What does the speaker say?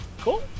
cool